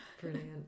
brilliant